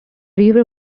river